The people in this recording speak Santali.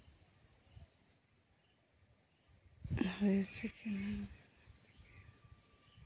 ᱡᱮᱭᱥᱮ ᱠᱤ ᱱᱚᱶᱟ